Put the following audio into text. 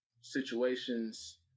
situations